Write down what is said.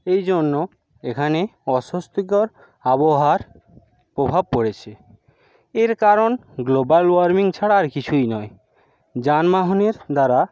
এই জন্য এখানে অস্বস্তিকর আবহাওয়ার প্রভাব পড়েছে এর কারণ গ্লোবাল ওয়ার্মিং ছাড়া আর কিছুই নয় যানবাহনের দ্বারা